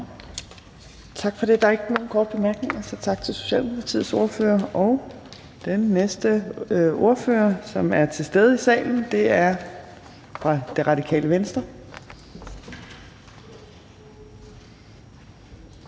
Tak for det. Der er ikke nogen korte bemærkninger, så tak til Socialdemokratiets ordfører. Den næste ordfører, som er til stede i salen, er fru Samira Nawa fra Det Radikale Venstre.